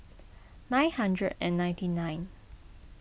nine hundred and ninety nine